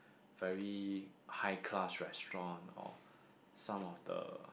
very high class restaurant or some of the